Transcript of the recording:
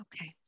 Okay